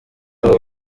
abo